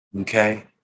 Okay